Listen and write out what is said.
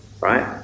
Right